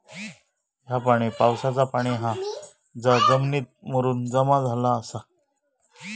ह्या पाणी पावसाचा पाणी हा जा जमिनीत मुरून जमा झाला आसा